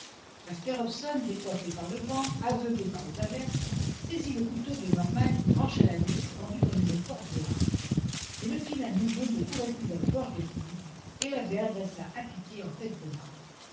jasper hobson décoiffé par le vent aveuglé par les averses saisit le couteau de norman et trancha la drisse tendue comme une corde de harpe mais le filin mouillé ne courait plus dans la gorge des poulies et la vergue resta apiquée en tête du